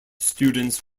students